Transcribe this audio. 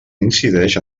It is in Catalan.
incideix